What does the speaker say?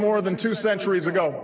more than two centuries ago